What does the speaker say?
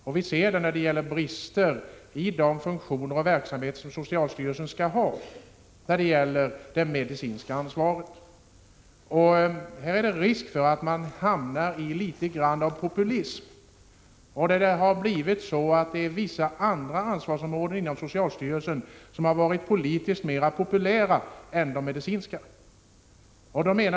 Vi ser det också när det gäller brister i socialstyrelsens funktioner och verksamheter i fråga om det medicinska ansvaret. Det finns därför risk för att man hamnar i litet grand av populism. Det har blivit så att vissa andra ansvarsområden inom socialstyrelsen varit politiskt mera populära än de medicinska.